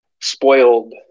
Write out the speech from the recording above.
spoiled